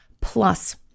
plus